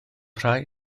rhai